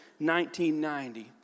1990